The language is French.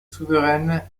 souveraine